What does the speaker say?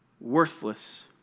worthless